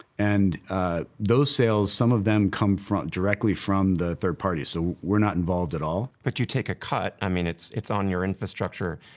and those sales, some of them come directly from the third party, so we're not involved at all. but you take a cut. i mean, it's it's on your infrastructure,